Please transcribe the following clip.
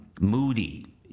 moody